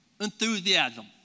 enthusiasm